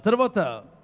but about the